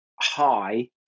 high